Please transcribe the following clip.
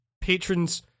patrons